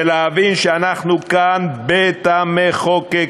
ולהבין שאנחנו כאן בית-המחוקקים,